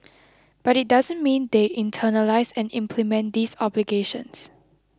but it doesn't mean they internalise and implement these obligations